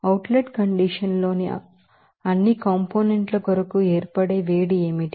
out let condition లోని అన్ని component ల కొరకు ఏర్పడే వేడి ఏమిటి